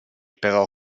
però